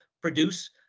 produce